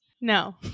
No